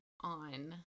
on